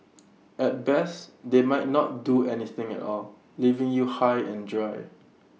at best they might not do anything at all leaving you high and dry